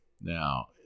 Now